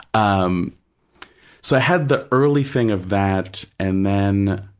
um so, i had the early thing of that, and then,